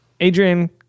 Adrian